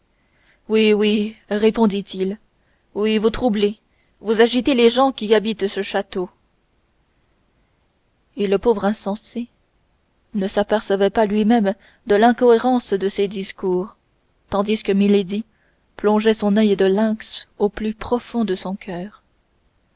oui oui répondit-il oui vous troublez vous agitez les gens qui habitent ce château et le pauvre insensé ne s'apercevait pas lui-même de l'incohérence de ses discours tandis que milady plongeait son oeil de lynx au plus profond de son coeur